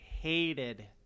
hated